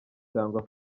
cyangwa